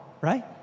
right